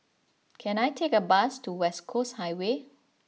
can I take a bus to West Coast Highway